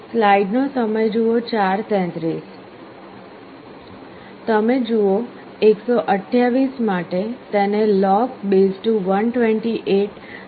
તમે જુઓ 128 માટે તેને log2128 સરખામણીઓની જરૂર પડશે